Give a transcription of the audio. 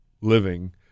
living